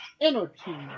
Energy